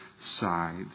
side